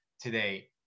today